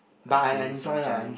I think sometimes